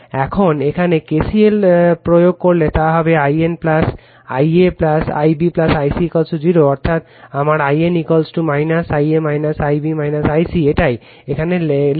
এখন এখানে KCL প্রয়োগ করলে তা হবে i n Ia Ib i c 0 অর্থাৎ আমার i n Ia Ib i c এটিই Refer Time 3222 এখানে লেখা